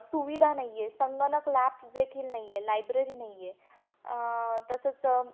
सुविधा नाही आहे संगणक लॅब देखील नाही आहे लायब्ररी नाही आहे तसंच